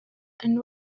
and